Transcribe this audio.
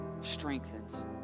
Strengthens